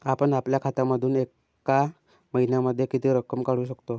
आपण आपल्या खात्यामधून एका महिन्यामधे किती रक्कम काढू शकतो?